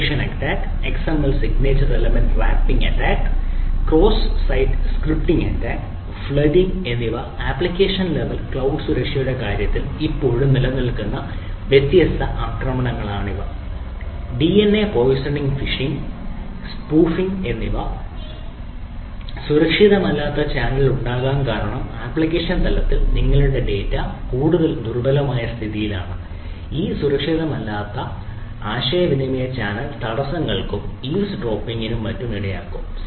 injection attack xml signature element wrapping attack cross site scripting attack flooding മറ്റും ഇടയാക്കും